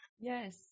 Yes